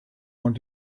want